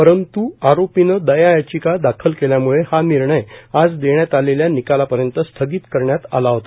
परंतु आयेपीनं दयायाचिका दाखल केल्यामुळं हा विर्णय आज देण्यात आलेल्या निकालापर्यंत स्थगित करण्यात आला होता